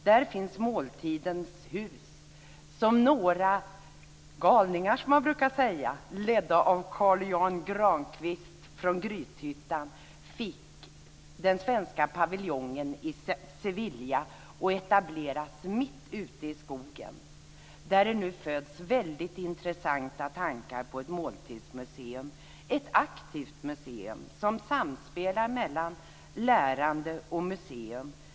Där finns Måltidens hus, som några galningar, som man brukar säga, ledda av Carl Jan Granqvist från Grythyttan fick den svenska paviljongen i Sevilla att etableras mitt ute i skogen, där det nu föds väldigt intressanta tankar på ett måltidsmuseum, ett aktivt museum som samspelar mellan lärande och museum.